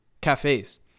Cafes